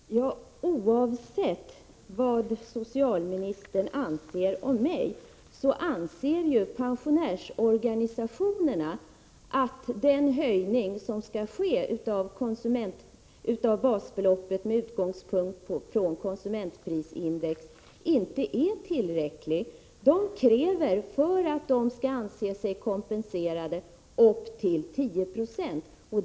Herr talman! Oavsett vad socialministern anser om mig, anser pensionärsorganisationerna att den höjning som skall ske av basbeloppet med utgångspunkt i konsumentprisindex inte är tillräcklig. De kräver, för att de skall anse sig kompenserade, upp till 10 96.